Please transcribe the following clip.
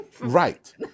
Right